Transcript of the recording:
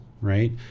right